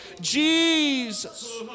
Jesus